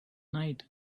night